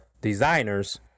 designers